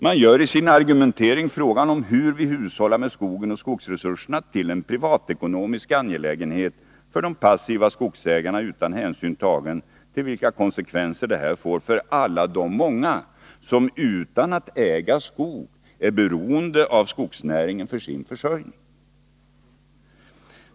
Man gör i sin argumentering frågan om hur vi hushållar med skogen och skogsresurserna till en privatekonomisk angelägenhet för de passiva skogsägarna utan hänsyn tagen till vilka konsekvenser detta får för alla de många som utan att äga skog är beroende av skogsnäringen för sin försörjning.